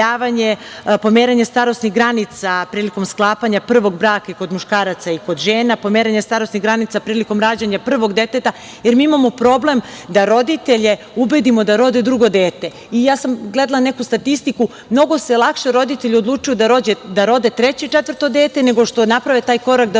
pomeranje starosnih granica prilikom sklapanja prvog braka kod muškaraca i kod žena, pomeranje starosnih granica prilikom rađanja prvog deteta. Jer, mi imamo problem da roditelje ubedimo da rode drugo dete. Gledala sam neku statistiku, mnogo se lakše roditelji odlučuju da rode treće i četvrto dete, nego što naprave taj korak da rode